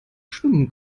schwimmen